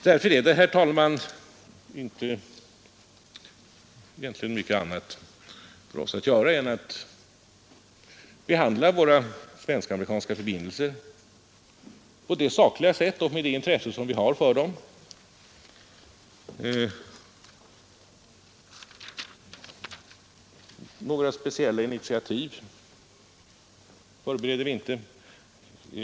Därför är det egentligen inte mycket annat för oss att göra än att behandla våra svensk-amerikanska förbindelser på ett sakligt sätt och med det intresse vi har för de förbindelserna. Några speciella initiativ förbereder vi inte.